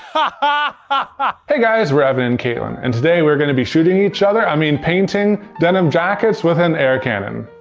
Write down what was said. ah hey guys, we're evan and katelyn and today we're going to be shooting each other, i mean painting denim jackets, with an air cannon.